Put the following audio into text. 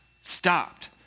stopped